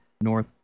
North